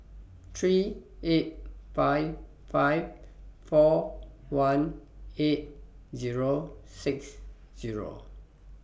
three eight five five four one eight Zero six Zero